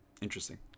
Interesting